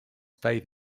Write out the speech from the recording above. faith